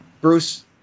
Bruce